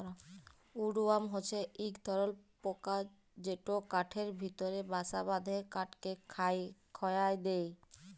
would worm হছে ইক ধরলর পকা যেট কাঠের ভিতরে বাসা বাঁধে কাঠকে খয়ায় দেই